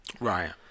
Right